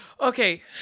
Okay